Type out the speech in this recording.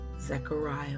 Zechariah